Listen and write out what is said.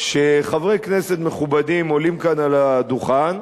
שחברי כנסת מכובדים עולים כאן על הדוכן,